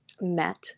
met